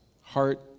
Heart